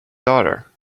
daughter